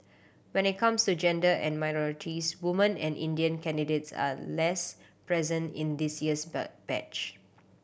when it comes to gender and minorities woman and Indian candidates are less present in this year's batch